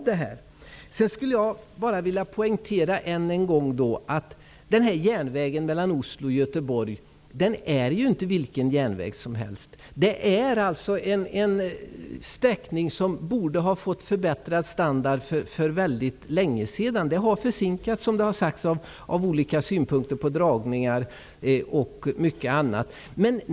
Jag skulle än en gång vilja poängtera att järnvägen mellan Oslo och Göteborg inte är vilken järnväg som helst. Det är alltså en sträckning som borde ha fått förbätttrad standard för väldigt länge sedan. Det har försinkats på grund av olika synpunkter på dragningar och annat.